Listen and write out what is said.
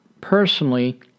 personally